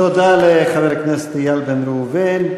תודה לחבר הכנסת איל בן ראובן.